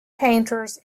painters